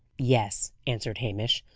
yes, answered hamish.